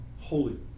holy